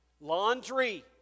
Laundry